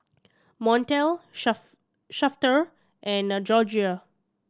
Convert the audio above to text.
Montel Sharf Shafter and Gregoria